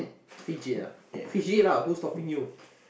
fidget ah fidget lah who's stopping you